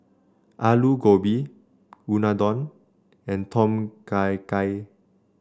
Alu Gobi Unadon and Tom Kha Gai